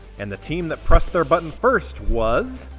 and the team that pressed their button first was.